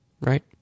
Right